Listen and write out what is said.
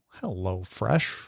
HelloFresh